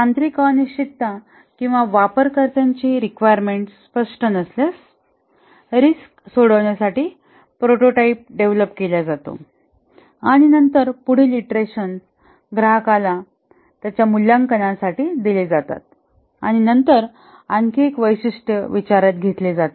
तांत्रिक अनिश्चितता किंवा वापरकर्त्याची रिक्वायरमेंट्स स्पष्ट नसल्यास रिस्क सोडवण्यासाठी प्रोटोटाईप डेव्हलप केला जातो आणि नंतर पुढील ईंटरेशन ग्राहकाला त्याच्या मूल्यांकनासाठी दिली जाते आणि नंतर आणखी एक वैशिष्ट्य विचारात घेतले जाते